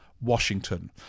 Washington